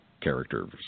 characters